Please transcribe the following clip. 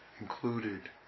included